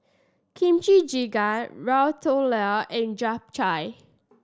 Kimchi Jjigae Ratatouille and Japchae